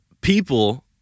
people